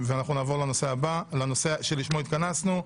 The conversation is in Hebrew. אנחנו נעבור לנושא הבא, לנושא שלשמו התכנסנו.